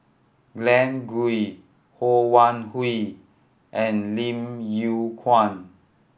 Glen Goei Ho Wan Hui and Lim Yew Kuan